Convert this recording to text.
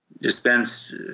dispensed